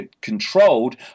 controlled